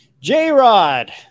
J-Rod